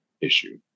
issue